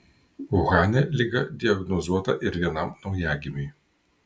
uhane liga diagnozuota ir vienam naujagimiui